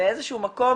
באיזשהו מקום